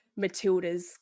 Matildas